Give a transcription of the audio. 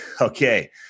okay